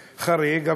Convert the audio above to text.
חריג.